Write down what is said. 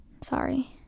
sorry